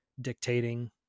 dictating